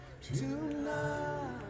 tonight